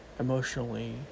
Emotionally